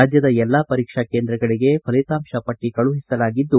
ರಾಜ್ಯದ ಎಲ್ಲಾ ಪರೀಕ್ಷಾ ಕೇಂದ್ರಗಳಗೆ ಫಲಿತಾಂಶ ಪಟ್ಟ ಕಳುಹಿಸಲಾಗಿದ್ದು